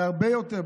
והרבה יותר,